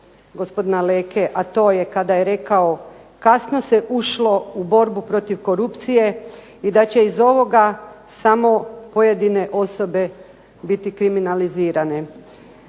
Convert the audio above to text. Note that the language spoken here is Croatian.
gospodina Leke, a to je kada je rekao: "Kasno se ušlo u borbu protiv korupcije i da će iz ovoga samo pojedine osobe biti kriminalizirane."